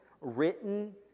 written